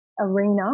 arena